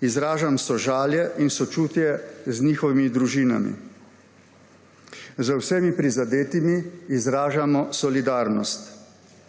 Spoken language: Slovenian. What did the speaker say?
izražam sožalje in sočutje z njihovimi družinami. Z vsemi prizadetimi izražamo solidarnost.